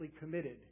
committed